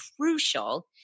crucial